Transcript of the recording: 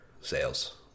sales